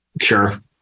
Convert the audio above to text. Sure